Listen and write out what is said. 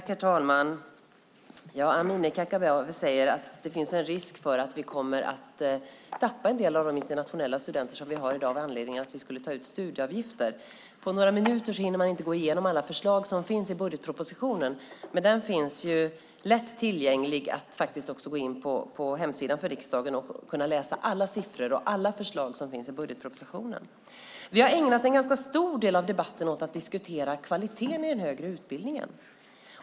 Herr talman! Amineh Kakabaveh säger att det finns en risk för att vi kommer att tappa en del av de internationella studenter vi har i dag med anledning av att vi skulle ta ut studieavgifter. På några minuter hinner jag inte gå igenom alla förslag som finns i budgetpropositionen, men den finns lätt tillgänglig på hemsidan där man kan läsa alla siffror och förslag. Vi har ägnat en stor del av debatten till att diskutera kvaliteten i den högre utbildningen.